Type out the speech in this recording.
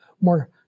more